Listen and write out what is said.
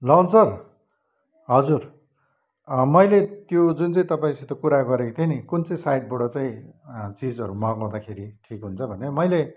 लवन sir हजुर मैले त्यो जुन चाहिँ तपाईँसित कुरा गरेको थिएँ नि कुन चाहिँ साइटबाट चाहिँ चिजहरू मगाउँदाखेरि ठिक हुन्छ भनेर मैले